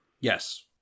yes